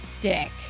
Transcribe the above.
dick